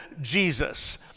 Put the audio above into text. Jesus